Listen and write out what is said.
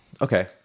Okay